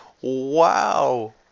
wow